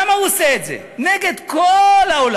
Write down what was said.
למה הוא עושה את זה נגד כל העולם,